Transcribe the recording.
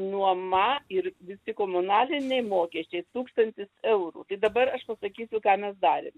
nuoma ir visi komunaliniai mokesčiai tūkstantis eurų dabar aš pasakysiu ką mes darėm